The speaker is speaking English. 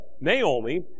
Naomi